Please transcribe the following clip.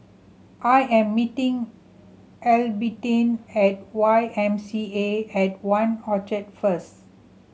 I am meeting Albertine at Y M C A at One Orchard first